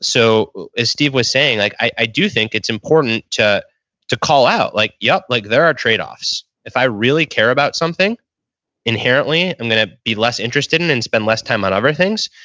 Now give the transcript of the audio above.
so as steve was saying, like i do think it's important to to call out. like yeah, like there are trade offs. if i really care about something inherently, i'm going to be less interested and spend less time on other things.